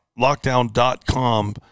Lockdown.com